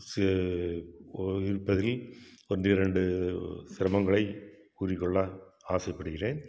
C கோ இருப்பதில் ஒன்று இரண்டு சிரமங்களை கூறிக்கொள்ள ஆசைப்படுகிறேன்